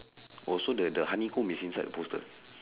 oh so the the honeycomb is inside the poster